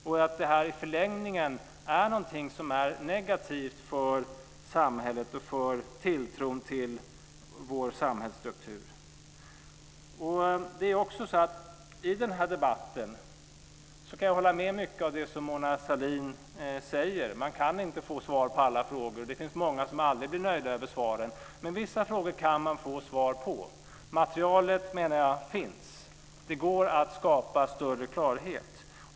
Jag tror att det här i förlängningen är negativt för samhället och tilltron till vår samhällsstruktur. I den här debatten kan jag hålla med om mycket av det som Mona Sahlin säger. Man kan inte få svar på alla frågor, och det finns många som aldrig blir nöjda med svaren. Men vissa frågor kan man få svar på. Jag menar att materialet finns. Det går att skapa större klarhet.